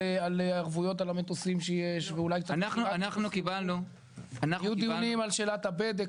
ערבויות על המטוסים שיש ואולי קצת --- היו דיונים על שאלת הבדק,